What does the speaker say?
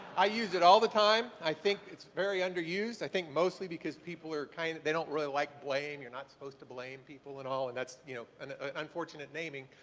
i use it all the time. i think it's very underused. i think mostly because people are kinda, they don't really like blame, you're not supposed to blame people and all. and that's you know and unfortunate naming.